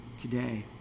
today